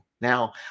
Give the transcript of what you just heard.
Now